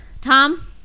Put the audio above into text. Tom